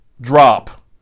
drop